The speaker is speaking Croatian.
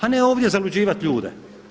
A ne ovdje zaluđivati ljude.